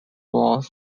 was